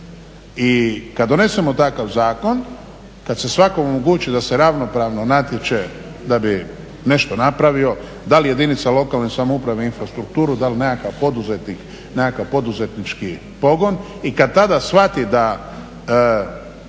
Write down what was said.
I kad donesemo takav zakon, kad se svakomu omogući da se ravnopravno natječe da bi nešto napravio, da li jedinice lokalne samouprave infrastrukturu, da li nekakav poduzetnik nekakva poduzetnički pogon, i kad tada shvati da